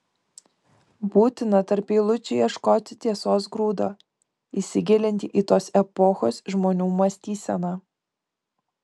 būtina tarp eilučių ieškoti tiesos grūdo įsigilinti į tos epochos žmonių mąstyseną